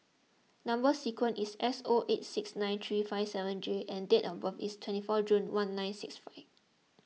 Number Sequence is S O eight six nine three five seven J and date of birth is twenty four June one nine six five